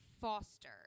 Foster